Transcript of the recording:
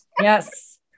yes